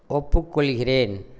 ஒப்புக்கொள்கிறேன்